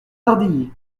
dardilly